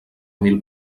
mil